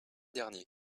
dernier